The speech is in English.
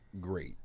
great